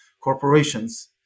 corporations